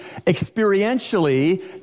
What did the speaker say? experientially